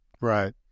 Right